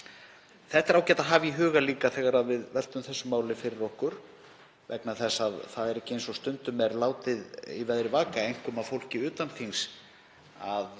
Það er ágætt að hafa þetta í huga, líka þegar við veltum þessu máli fyrir okkur. Það er ekki eins og stundum er látið í veðri vaka, einkum af fólki utan þings, að